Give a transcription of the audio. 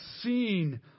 seen